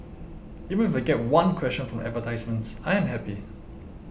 even if I get one question from the advertisements I am happy